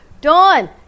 Dawn